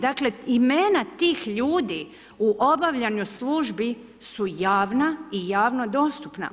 Dakle, imena tih ljudi u obavljanju službi su javna i javno dostupna.